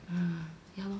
uh ya lor